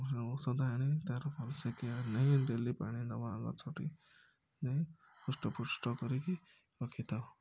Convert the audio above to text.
ଔଷଧ ଆଣି ତା'ର ଭଲ ସେ କେୟାର ନେଇ ଡେଲି ପାଣି ଦେବା ଗଛଟି ଦେଇ ହୃଷ୍ଟ ପୃଷ୍ଟ କରିକି ରଖିଥାଉ